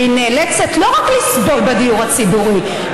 והיא נאלצת לא רק לסבול בדיור הציבורי,